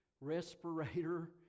respirator